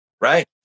Right